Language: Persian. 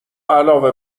علاوه